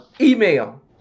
email